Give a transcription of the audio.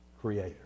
creator